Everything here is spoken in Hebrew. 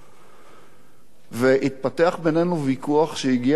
והתפתח בינינו ויכוח שהגיע להכרעת ראש השירות,